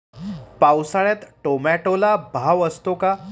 पावसाळ्यात टोमॅटोला भाव असतो का?